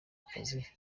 akazi